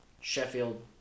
Sheffield